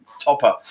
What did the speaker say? topper